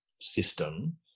system